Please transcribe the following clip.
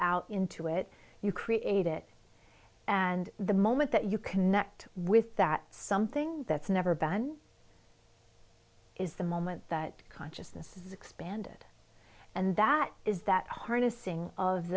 out into it you create it and the moment that you connect with that something that's never been is the moment that consciousness is expanded and that is that harnessing of